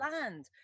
land